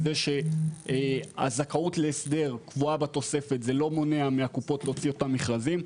זה שהזכאות להסדר קבועה בתוספת זה לא מונע מהקופות להוציא אותם מכרזים.